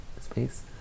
space